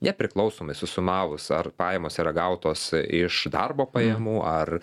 nepriklausomai susumavus ar pajamos yra gautos iš darbo pajamų ar